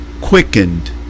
quickened